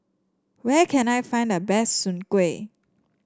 where can I find the best Soon Kway